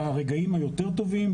ברגעים היותר טובים,